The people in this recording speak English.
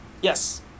Yes